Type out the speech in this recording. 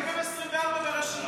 מקום 22 ברשימה.